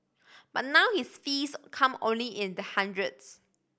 but now his fees come only in the hundreds